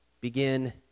begin